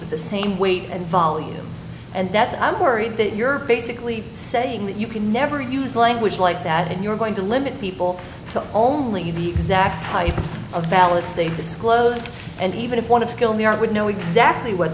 with the same weight and volume and that's i'm worried that you're basically saying that you can never use language like that and you're going to limit people to only the exact type of ballots they disclose and even if one of skill in the art would know exactly what